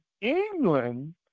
England